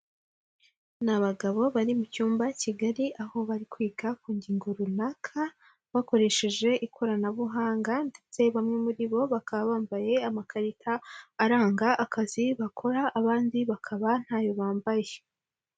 Ni abagabo bari mu cyumba kigari, aho bari kwiga ku ngingo runaka, bakoresheje ikoranabuhanga ndetse bamwe muri bo, bakaba bambaye amakarita aranga akazi bakora, abandi bakaba ntayo bambaye.